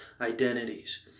identities